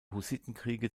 hussitenkriege